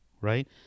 right